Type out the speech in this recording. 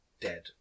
dead